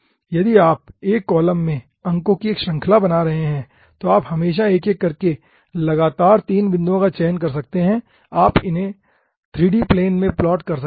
यदि आप एक कॉलम में अंकों की एक श्रृंखला बना रहे हैं तो आप हमेशा एक एक करके लगातार तीन बिंदुओं का चयन कर सकते हैं और आप इसे 3 डी प्लेन में प्लॉट कर सकते हैं